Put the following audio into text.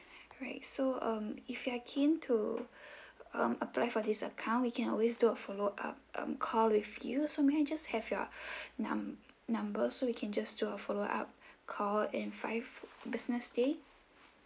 alright so um if you are keen to um apply for this account we can always do a follow up um call with you so may I just have you num~ number so we can just do a follow up call in five business day